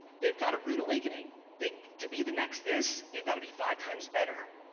they've got a rude awakening. they to be the next this you've got to be five times better.